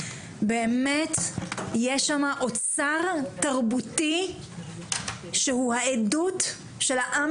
שבאמת יש שם אוצר תרבותי שהוא העדות של העם